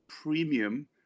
Premium